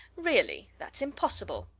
really! that's impossible!